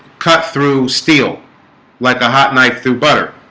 cut through steel like a hot knife through butter